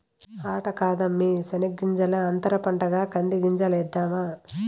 అట్ట కాదమ్మీ శెనగ్గింజల అంతర పంటగా కంది గింజలేద్దాము